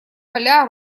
поля